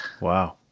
Wow